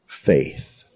faith